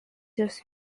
jos